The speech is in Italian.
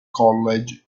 college